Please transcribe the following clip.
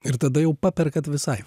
ir tada jau paperkat visai